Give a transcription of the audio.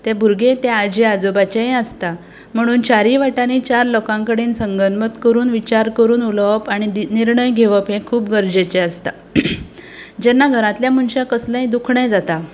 तें भुरगें ते आजी आजोबाचेंय आसता म्हणूय चारूय वाटांनी चार लोकां कडेन संगनमत करून विचार करून उलोवप आनी निर्णय घेवप हें खूब गरजेचें आसता जेन्ना घरांतल्या मनशाक कसलेंय दुखणें जाता